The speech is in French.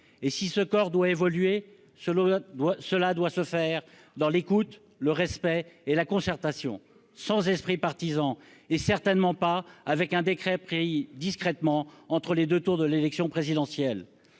Et si ce corps doit évoluer, cela doit se faire dans l'écoute, le respect et la concertation, sans esprit partisan, mais certainement pas à travers un décret pris discrètement entre les deux tours de l'élection présidentielle.